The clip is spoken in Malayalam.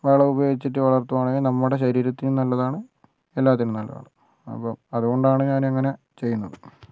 വളം ഉപയോഗിച്ചിട്ട് വളർത്തുകയാണെ അത് നമ്മുടെ ശരീരത്തിനും നല്ലതാണ് എല്ലാറ്റിനും നല്ലതാണ് അപ്പോൾ അതുകൊണ്ടാണ് ഞാനങ്ങനെ ചെയ്യുന്നത്